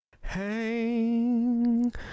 Hang